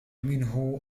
منه